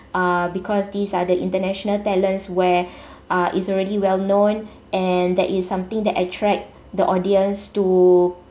uh because these are the international talents where uh is already well known and that is something that attract the audience to